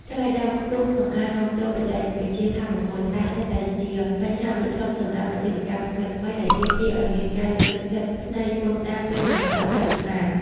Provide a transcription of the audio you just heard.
ថ្លៃដើមខ្ពស់ក្នុងការនាំចូលបច្ចេកវិទ្យាថាមពលស្អាត នៅតែជាបញ្ហាប្រឈមសម្រាប់ អាជីវកម្មថ្មីៗ ដែលទាមទារឱ្យមានការលើកទឹកចិត្តផ្នែកពន្ធដារពីសំណាក់រដ្ឋាភិបាល។